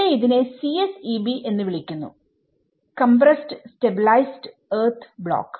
ഇവിടെ ഇതിനെ CSEB എന്ന് വിളിക്കുന്നു കംമ്പ്രസ്സ്ഡ് സ്റ്റബിലൈസ്ഡ് എർത്ത് ബ്ലോക്ക്